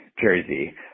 jersey